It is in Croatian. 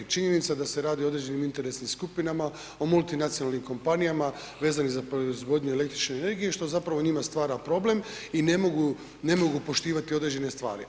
Činjenica da se radi o određenim interesnim skupinama, o multinacionalnim kompanijama vezanim za proizvodnju električne energije što zapravo njima stvara problem i ne mogu, ne mogu poštivati određene stvari.